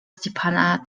степана